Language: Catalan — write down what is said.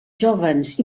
jóvens